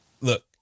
look